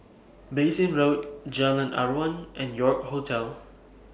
Bassein Road Jalan Aruan and York Hotel